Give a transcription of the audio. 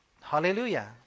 Hallelujah